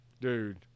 Dude